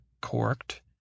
Corked